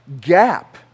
gap